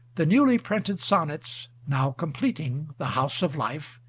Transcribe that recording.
the newly printed sonnets, now completing the house of life,